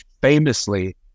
famously